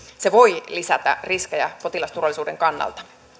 se voi lisätä riskejä potilasturvallisuuden kannalta